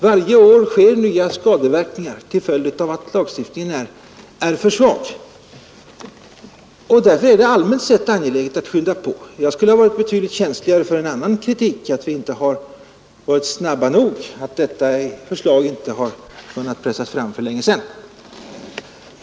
Varje år uppstår nya skadeverkningar till följd av att lagstiftningen är för svag. Därför är det allmänt sett angeläget att skynda på. Jag skulle ha varit betydligt känsligare för en annan kritik — kritik mot att vi inte har varit snabba nog, att detta förslag inte har kunnat pressas fram för länge sedan.